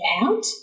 out